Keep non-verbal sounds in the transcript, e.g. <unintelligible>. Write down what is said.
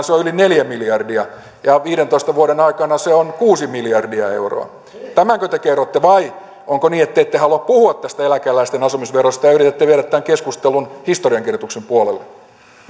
<unintelligible> se on yli neljä miljardia ja viidentoista vuoden aikana se on kuusi miljardia euroa tämänkö te kerrotte vai onko niin että te ette halua puhua tästä eläkeläisten asumisverosta ja yritätte viedä tämän keskustelun historiankirjoituksen puolelle